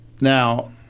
Now